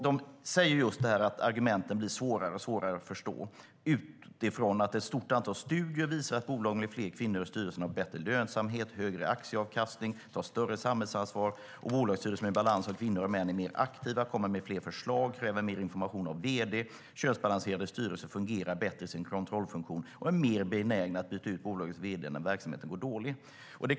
De säger just detta att argumenten blir svårare och svårare att förstå, utifrån att "ett stort antal studier visar att bolag med fler kvinnor i styrelsen har bättre lönsamhet, högre aktieavkastning och tar större samhällsansvar. Bolagsstyrelser med balans av kvinnor och män är mer aktiva, kommer med fler förslag och kräver mer information av vd. Könsbalanserade styrelser fungerar bättre i sin kontrollfunktion och är mer benägna att byta ut bolagets vd när verksamheten går dåligt."